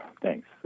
Thanks